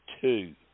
two